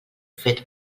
fet